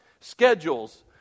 schedules